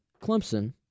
Clemson